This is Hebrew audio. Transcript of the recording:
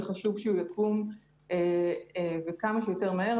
וחשוב שיקום כמה שיותר מהר,